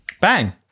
Bang